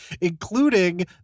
including